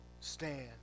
stand